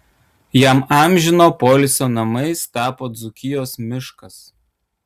jam amžino poilsio namais tapo dzūkijos miškas